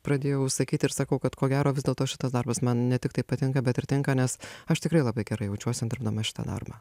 pradėjau sakyt ir sakau kad ko gero vis dėlto šitas darbas man ne tiktai patinka bet ir tinka nes aš tikrai labai gerai jaučiuosi dirbdama šitą darbą